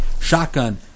Shotgun